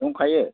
दंखायो